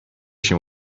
się